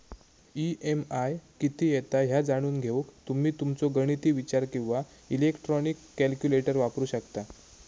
EMI किती येता ह्या जाणून घेऊक तुम्ही तुमचो गणिती विचार किंवा इलेक्ट्रॉनिक कॅल्क्युलेटर वापरू शकता